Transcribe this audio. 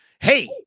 Hey